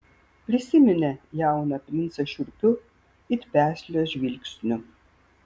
prisiminė jauną princą šiurpiu it peslio žvilgsniu